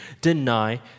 deny